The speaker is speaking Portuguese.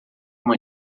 uma